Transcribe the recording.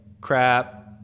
crap